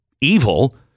evil